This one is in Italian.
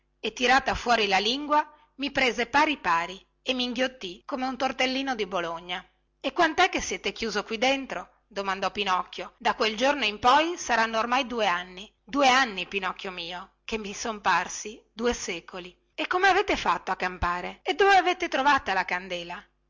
e tirata fuori la lingua mi prese pari pari e minghiottì come un tortellino di bologna e quantè che siete chiuso qui dentro domandò pinocchio da quel giorno in poi saranno oramai due anni due anni pinocchio mio che mi son parsi due secoli e come avete fatto a campare e dove avete trovata la candela